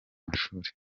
amashuri